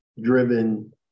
driven